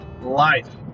Life